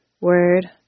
word